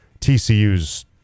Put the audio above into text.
TCU's